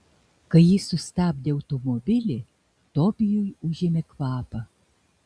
kai ji sustabdė automobilį tobijui užėmė kvapą